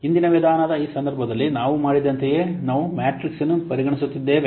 ಆದ್ದರಿಂದ ಹಿಂದಿನ ವಿಧಾನದ ಈ ಸಂದರ್ಭದಲ್ಲಿ ನಾವು ಮಾಡಿದಂತೆಯೇ ನಾವು ಮ್ಯಾಟ್ರಿಕ್ಸ್ ಅನ್ನು ಪರಿಗಣಿಸುತ್ತಿದ್ದೇವೆ